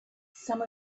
some